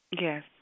Yes